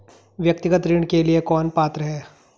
व्यक्तिगत ऋण के लिए कौन पात्र है?